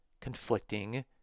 conflicting